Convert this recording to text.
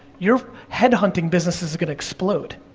your headhunting business is gonna explode.